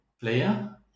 player